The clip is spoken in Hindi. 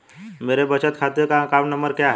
मेरे बचत खाते का अकाउंट नंबर क्या है?